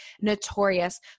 notorious